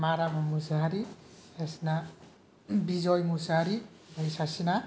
माराम मोसाहारि सासेना बिजय मोसाहारि ओमफाय सासेना